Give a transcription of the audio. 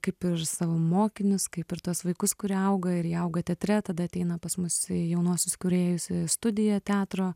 kaip ir savo mokinius kaip ir tuos vaikus kurie auga ir jie auga teatre tada ateina pas mus į jaunuosius kūrėjus studiją teatro